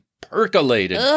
percolated